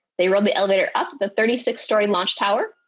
they rode the elevator up the thirty six story launch tower,